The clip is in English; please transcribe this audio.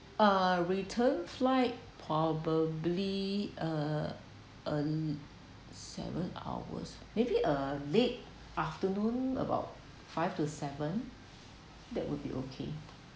uh return flight probably uh uh seven hours maybe uh late afternoon about five to seven that would be okay